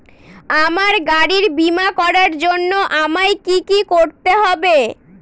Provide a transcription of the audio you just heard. আমার গাড়ির বীমা করার জন্য আমায় কি কী করতে হবে?